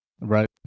Right